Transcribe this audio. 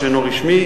קמעונאי,